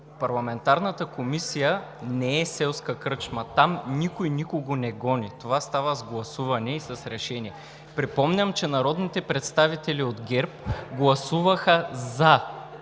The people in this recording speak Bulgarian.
Парламентарната комисия не е селска кръчма. Там никой никого не гони – това става с гласуване и с решения. Припомням, че народните представители от ГЕРБ гласуваха за